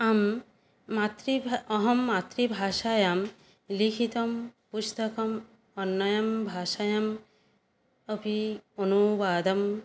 आं मातृभा अहं मातृभाषायां लिखितं पुस्तकम् अन्यभाषायाम् अपि अनुवादं